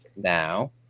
now